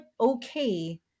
okay